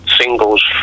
singles